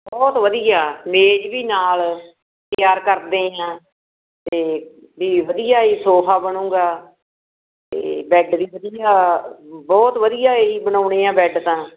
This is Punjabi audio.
ਬਹੁਤ ਵਧੀਆ ਮੇਜ਼ ਵੀ ਨਾਲ ਤਿਆਰ ਕਰਦੇ ਹੈ ਅਤੇ ਵੀ ਵਧੀਆ ਹੀ ਸੋਫਾ ਬਣੇਗਾ ਅਤੇ ਬੈੱਡ ਵੀ ਵਧੀਆ ਬਹੁਤ ਵਧੀਆ ਜੀ ਬਣਨਗੇ ਹੈ ਬੈੱਡ ਤਾਂ